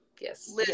Yes